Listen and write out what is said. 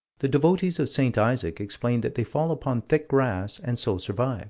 the devotees of st. isaac explain that they fall upon thick grass and so survive